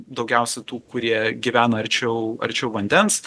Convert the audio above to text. daugiausiai tų kurie gyvena arčiau arčiau vandens